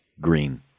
Green